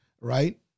Right